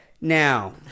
Now